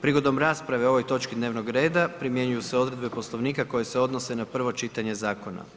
Prigodom rasprave o ovoj točci dnevnog reda, primjenjuju se odredbe poslovnika, koji se odnose na prvo čitanje zakona.